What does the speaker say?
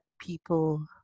people